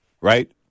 Right